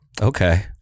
okay